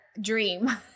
dream